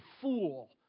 fool